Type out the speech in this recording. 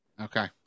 Okay